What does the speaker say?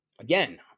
again